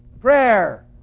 prayer